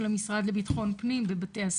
של המשרד לביטחון פנים בבתי הספר.